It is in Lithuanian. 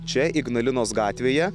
čia ignalinos gatvėje